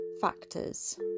factors